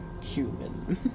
Human